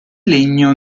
legno